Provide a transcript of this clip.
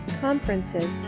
conferences